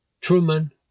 Truman